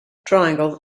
triangle